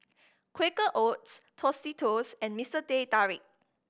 Quaker Oats Tostitos and Mister Teh Tarik